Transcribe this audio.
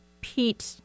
Pete